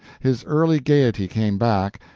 his early gaiety came back,